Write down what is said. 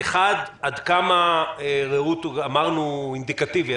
עד כמה "רעות" הוא אינדיקטיבי,